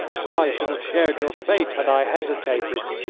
i should have shared your fate had i hesitated.